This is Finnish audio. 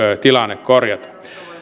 tilanne korjataan